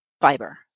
fiber